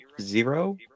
zero